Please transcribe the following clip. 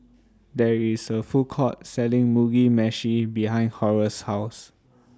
There IS A Food Court Selling Mugi Meshi behind Horace's House